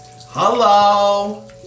Hello